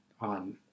on